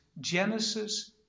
Genesis